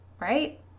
right